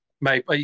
Mate